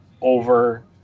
over